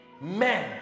men